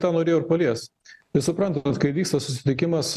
tą norėjau ir paliest tai suprantat kai vyksta susitikimas